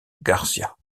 garcía